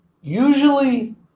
usually